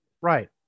Right